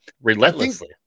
relentlessly